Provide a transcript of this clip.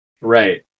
right